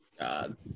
God